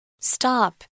Stop